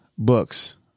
Books